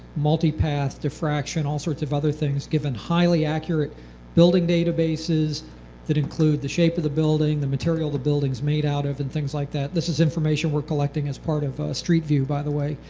multipath diffraction, all sorts of other things given highly accurate building databases that include the shape of the building, the material the building is made out of and things like that. this is information we are collecting as part of street view, by the way.